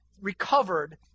recovered